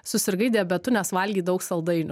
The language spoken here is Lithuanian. susirgai diabetu nes valgei daug saldainių